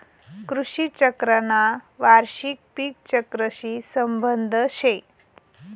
कृषी चक्रना वार्षिक पिक चक्रशी संबंध शे